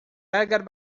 largas